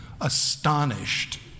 Astonished